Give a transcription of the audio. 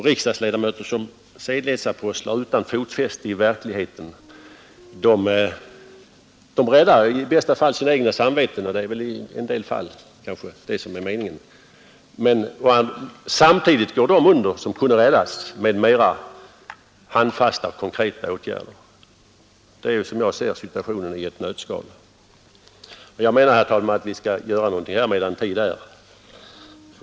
Riksdagsledamöter som sedlighetsapostlar utan fotfäste i verkligheten räddar i bästa fall sina egna samveten, och i en del fall är kanske det meningen. Men samtidigt går de under som kunde räddas med mera handfasta och konkreta åtgärder. Det är, som jag ser det, situationen i ett nötskal. Jag menar, herr talman, att vi skall göra någonting här medan tid är.